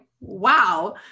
wow